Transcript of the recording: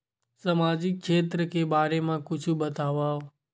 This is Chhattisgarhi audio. सामाजिक क्षेत्र के बारे मा कुछु बतावव?